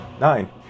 nine